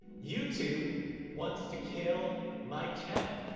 youtube wants to kill my channel.